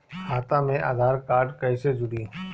खाता मे आधार कार्ड कईसे जुड़ि?